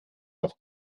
auf